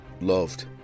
loved